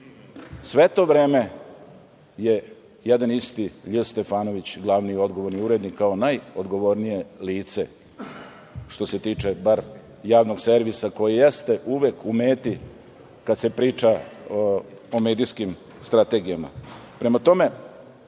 to vreme je jedan isti, Lj. Stefanović, glavni odgovorni urednik, kao najodgovornije lice što se tiče bar javnog servisa koji jeste uvek u meti kada se priča o medijskim strategijama. Prema